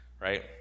right